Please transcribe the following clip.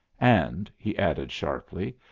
and, he added sharply,